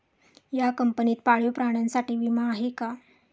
या कंपनीत पाळीव प्राण्यांसाठी विमा आहे का?